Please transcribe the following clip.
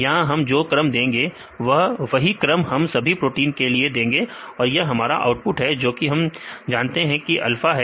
यहां हम जो क्रम देंगे वह वही क्रम हम सभी प्रोटीन के लिए देंगे और यहां हमारा आउटपुट है जो कि हम जानते हैं की अल्फा है